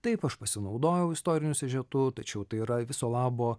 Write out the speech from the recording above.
taip aš pasinaudojau istoriniu siužetu tačiau tai yra viso labo